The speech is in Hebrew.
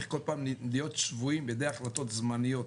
כל פעם להיות שבויים בידי החלטות זמניות.